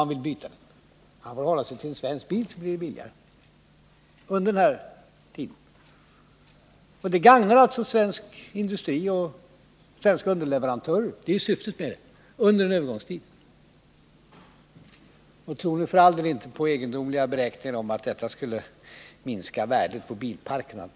Han får under denna tid hålla sig till en svensk bil, så blir det billigare. Detta gagnar under en övergångstid svensk industri och svenska underleverantörer — och det är ju syftet. Men tro för all del inte på egendomliga beräkningar om att detta bl.a. skulle minska värdet på bilparken.